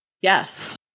Yes